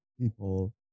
people